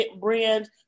brand